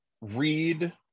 read